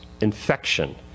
infection